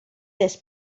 this